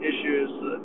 Issues